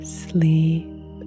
sleep